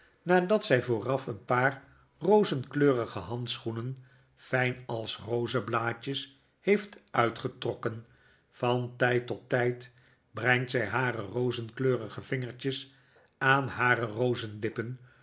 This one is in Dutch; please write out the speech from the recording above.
nadat zy vooraf een paar rozenkleurige haudschoenen fijn als rozeblaadjes heeft uitgetrokken van tijd tot tyd brengt zy hare rozenkleurige vingertjes aan hare